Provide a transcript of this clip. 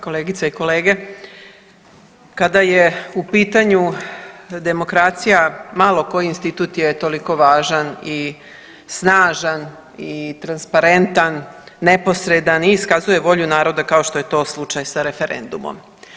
Kolegice i kolege, kada je u pitanju demokracija malo koji institut je toliko važan i snažan i transparentan, neposredan i iskazuje volju naroda kao što je to slučaj s referendumom.